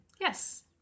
Yes